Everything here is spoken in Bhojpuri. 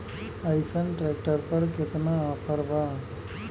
अइसन ट्रैक्टर पर केतना ऑफर बा?